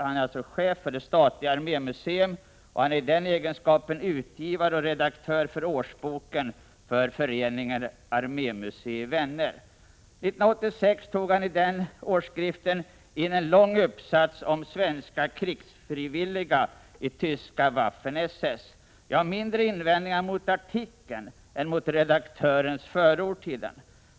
Han är chef för det statliga armémuseum och är i den egenskapen utgivare och redaktör för årsboken för Föreningen armémusei vänner. År 1986 tog han i den årsskriften in en lång uppsats om ”svenska krigsfrivilliga i tyska Waffen-SS”. Jag har mindre invändningar mot artikeln än mot redaktörens förord till den.